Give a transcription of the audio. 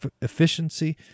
efficiency